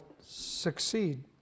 succeed